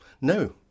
No